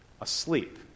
asleep